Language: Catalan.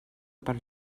per